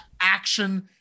action